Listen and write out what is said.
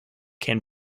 can